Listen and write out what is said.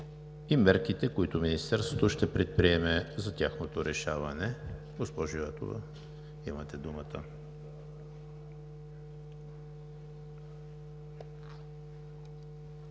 и мерките, които Министерството ще предприеме за тяхното решаване. Госпожо Йотова, имате думата.